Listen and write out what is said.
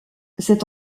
cet